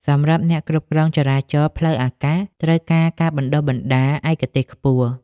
សម្រាប់អ្នកគ្រប់គ្រងចរាចរណ៍ផ្លូវអាកាស ត្រូវការការបណ្ដុះបណ្ដាលឯកទេសខ្ពស់។